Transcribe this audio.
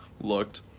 looked